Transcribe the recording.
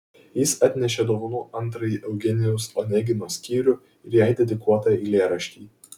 jis atnešė dovanų antrąjį eugenijaus onegino skyrių ir jai dedikuotą eilėraštį